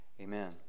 Amen